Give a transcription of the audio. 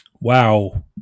wow